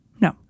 No